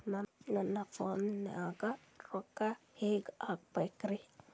ನನ್ನ ಫೋನ್ ನಾಗ ರೊಕ್ಕ ಹೆಂಗ ಹಾಕ ಬೇಕ್ರಿ?